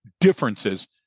differences